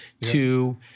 to-